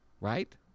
Right